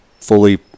fully